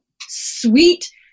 sweet